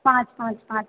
पाँच पाँच पाँच